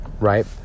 right